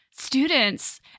students